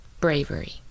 Bravery